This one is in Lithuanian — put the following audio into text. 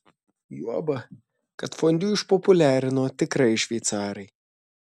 juoba kad fondiu išpopuliarino tikrai šveicarai